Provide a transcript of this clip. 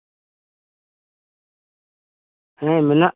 ᱦᱮᱸ ᱢᱮᱱᱟᱜ